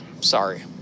Sorry